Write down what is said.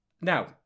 Now